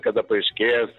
kada paaiškės